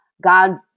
God